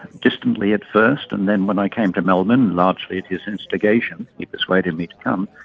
distantly at first, and then when i came to melbourne, largely at his instigation, he persuaded me to come,